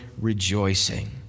rejoicing